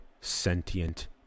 sentient